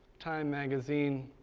time magazine